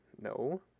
No